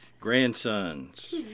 Grandsons